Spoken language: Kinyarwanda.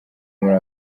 muri